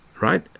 right